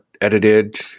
edited